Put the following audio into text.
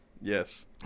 Yes